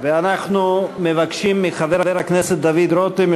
אנחנו מבקשים מחבר הכנסת דוד רותם,